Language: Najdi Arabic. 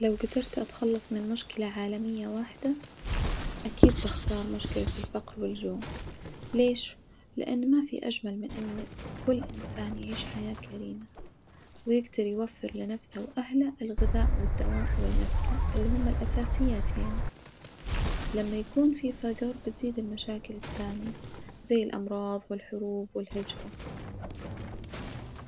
لو جدرت أتخلص من مشكلة عالمية واحدة أكيد بختار مشكلة الفقر والجوع، ليش؟ لأن ما في أجمل من إن كل إنسان يعيش حياة كريمة ويجدر يوفر لنفسه وأهله الغذاء والدواء والمسكن اللي هما الأساسيات يعني، لما يكون في فجر بتزيد المشاكل الثانية زي الأمراظ والحروب والهجرة.